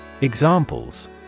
Examples